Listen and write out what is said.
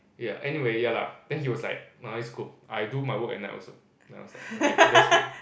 yeah anyway ya lah then he was like no it's cool I do my work at night also then I was like okay that's great